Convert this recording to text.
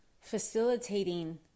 facilitating